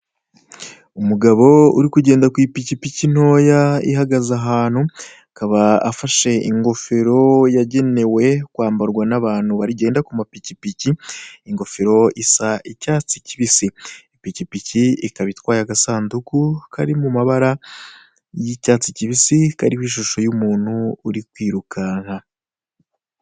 Umugabo uri kugenda ku ipikipiki ntoya ihagaze ahantu akaba afashe ingofero yagenewe kwambarwa n'abantu bagenda ku mapikipiki, ingofero isa icyatsi kibisi. Ipikipiki ikaba itwaye agasanduku kari mu mabara y'icyatsi kibisi kariho ishusho y'umuntu uri kwirukanka.